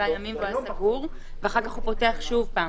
והיה סגור, ואחר כך הוא פותח שוב.